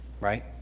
right